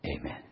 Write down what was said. Amen